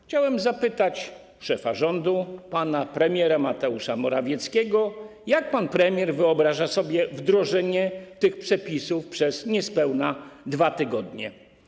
Chciałbym zapytać szefa rządu, pana premiera Mateusza Morawieckiego: Jak pan premier wyobraża sobie wdrożenie tych przepisów przez niespełna 2 tygodnie?